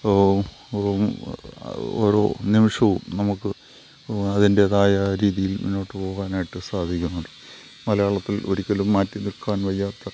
ഓരോ നിമിഷവും നമുക്ക് അതിൻ്റെതായ രീതിയിൽ മുന്നോട്ടു പോകുവാനായിട്ട് സാധിക്കുന്നുണ്ട് മലയാളത്തിൽ ഒരിക്കലും മാറ്റി നിൽക്കാൻ വയ്യാത്ത